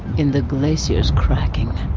in the glacier's cracking,